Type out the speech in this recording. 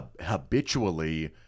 habitually